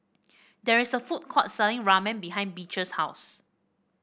there is a food court selling Ramen behind Beecher's house